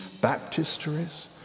baptisteries